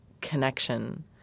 connection